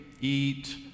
eat